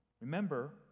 Remember